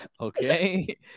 okay